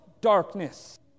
darkness